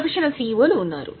professional సీఈఓలు ఉన్నారు